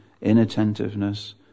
inattentiveness